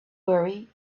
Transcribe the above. worry